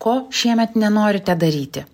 ko šiemet nenorite daryti